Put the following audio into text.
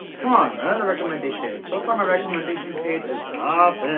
come on another recommendations! so far my recommendation page is poppin!